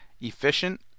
efficient